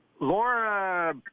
Laura